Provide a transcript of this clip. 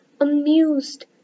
amused